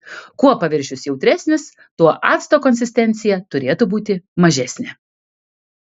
kuo paviršius jautresnis tuo acto konsistencija turėtų būti mažesnė